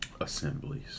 Assemblies